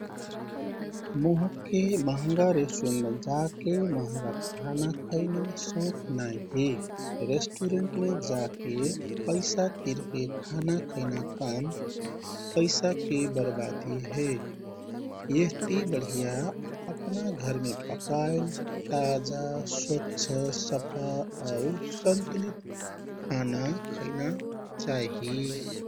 मोहके महंगा रेस्टुरेन्टमे जाके महंगा खाना खैना शौख नाइ हे। रेस्टुरेन्टमे जाके पैसा तिरके खाना खैना काम पैसाके बरबादी हे। यहति बढिया अपना घरमे पकाइल ताजा, स्वच्छ, सफा आउ सन्तुलित खाना खैना चाही।